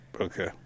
Okay